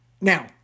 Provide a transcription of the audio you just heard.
Now